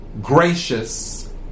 gracious